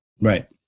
Right